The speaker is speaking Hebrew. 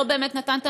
לא באמת נתן מענה,